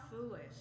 foolish